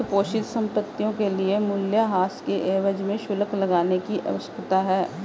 वित्तपोषित संपत्तियों के लिए मूल्यह्रास के एवज में शुल्क लगाने की आवश्यकता है